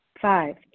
Five